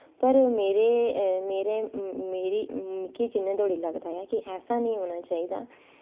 पर मेरा मिगी जिन्ने धोड़ी लगदा ऐ कि ऐसी नी होना चाही दा